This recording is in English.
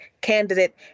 candidate